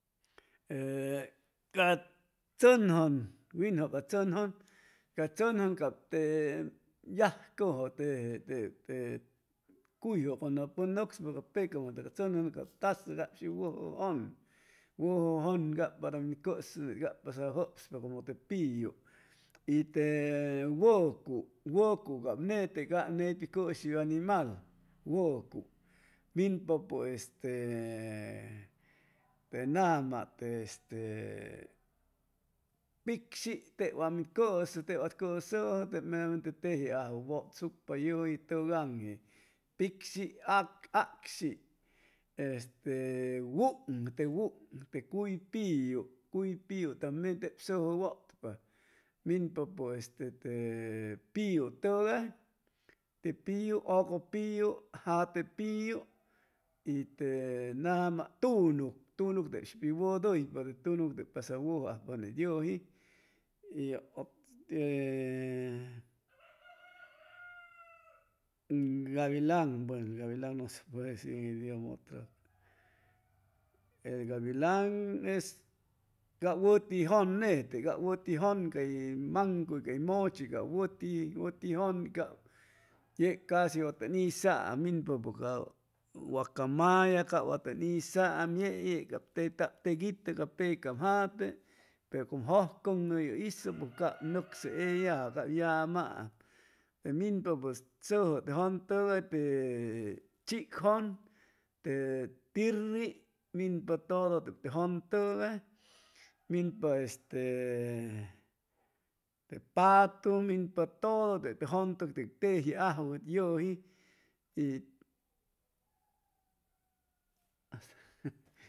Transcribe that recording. E ca tsunjun winju ca tsunjun teb yaccuju teb te cuyju cuando pun nucspa ca peca'am ca tsunjun cab tasu cab cab shi wuju jun wuju jun cab para min cusu cab pasadu cab cushi animal wuku minpapu este te nama este te picshi te wa min cusu te wa min susu teb memaremente teji ajuwu wutsucpa yuji tugunji picshi acshi este te wung te cuy pillu cuy pillu también teb suju wutpa minpapu te este te pillu tugay te pillu te ucu pillu jate pillu y te nama te tunucg tunuc teb shi pi wuduypa te tucuc te pasadu wuju ajpa te yuji y gabilan buenu el gabilan este cab wati jun nete pe cab wuti jun cay mancuy ca muchi cab wuti woti jun cab ya casi wa tum isa'am minpapu ca wacamaya wa ni isa'am yeiy yeb cab te ta'am teg itu ca pecaam jate pero como jujcun'u ye isu pues cab nucsu eyaju te tirria minpa todo jun tugay minpa este te patu minpa todo teb te jun tugay que teji ajuwu yuji.